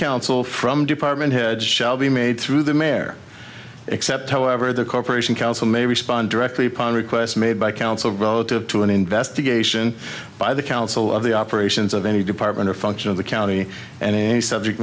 council from department heads shall be made through the mayor except however the corporation council may respond directly upon request made by council relative to an investigation by the council of the operations of any department or function of the county and subject